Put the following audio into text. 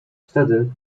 wtedy